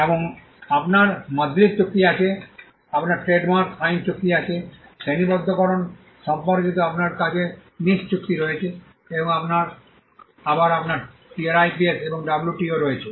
এবং আপনার MADRID চুক্তি আছে আপনার ট্রেডমার্ক আইন চুক্তি আছে শ্রেণিবদ্ধকরণ সম্পর্কিত আপনার কাছে নিস চুক্তি রয়েছে এবং আবার আপনার টিআরআইপিএস এবং ডব্লিউটিও রয়েছে